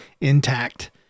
intact